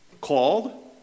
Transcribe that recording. Called